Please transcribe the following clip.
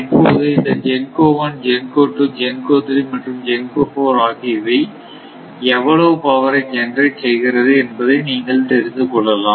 இப்போது இந்த GENCO 1 GENCO2 GENCO 3 மற்றும் GENCO 4 ஆகியவை எவ்வளவு பவரை ஜெனரேட் செய்கிறது என்பதை நீங்கள் தெரிந்து கொள்ளலாம்